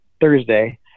Thursday